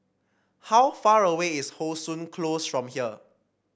how far away is How Sun Close from here